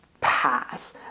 pass